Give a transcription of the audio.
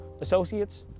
associates